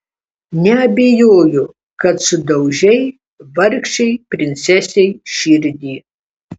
neabejoju kad sudaužei vargšei princesei širdį